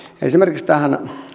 esimerkiksi tähän